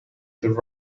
the